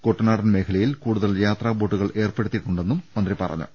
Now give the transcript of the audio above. കുട്ടനാടൻ മേഖലയിൽ കൂടുതൽ യാത്രാബോട്ടുകൾ ഏർപ്പെടുത്തിയിട്ടുണ്ടെന്നും മന്ത്രി പറഞ്ഞു